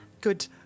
good